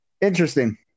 interesting